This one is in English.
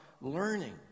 learning